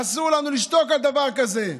אסור לנו לשתוק על דבר כזה,